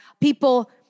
people